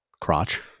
crotch